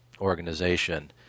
organization